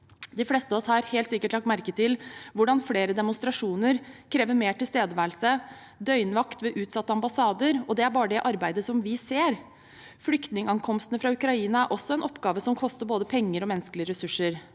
De fleste av oss har helt sikkert lagt merke til hvordan flere demonstrasjoner krever mer tilstedeværelse og døgnvakt ved utsatte ambassader, og det er bare det arbeidet vi ser. Flyktningankomstene fra Ukraina er også en oppgave som koster både penger og menneskelige ressurser,